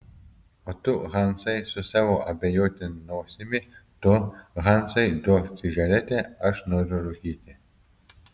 o tu hansai su savo abejotina nosimi tu hansai duok cigaretę aš noriu rūkyti